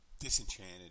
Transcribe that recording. disenchanted